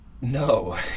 no